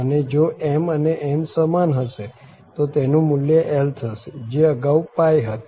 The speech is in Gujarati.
અને જો m અને n સમાન હશે તો તેનું મુલ્ય l થશે જે અગાઉ હતી